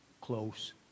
close